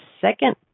second